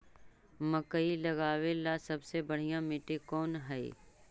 मकई लगावेला सबसे बढ़िया मिट्टी कौन हैइ?